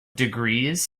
degrees